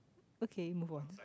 okay move on